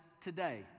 today